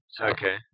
Okay